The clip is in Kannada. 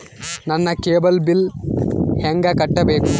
ನನ್ನ ಕೇಬಲ್ ಬಿಲ್ ಹೆಂಗ ಕಟ್ಟಬೇಕು?